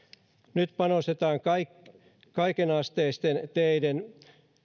nyt panostetaan kaikenasteisten teiden